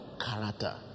character